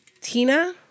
tina